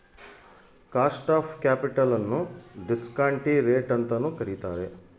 cost of capital ನ್ನು discounting rate ಅಂತನು ಕರಿತಾರೆ